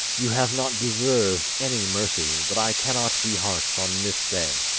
you have not deserved any mercy, but i cannot be harsh on this day.